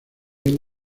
bien